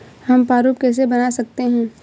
हम प्रारूप कैसे बना सकते हैं?